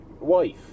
wife